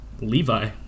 Levi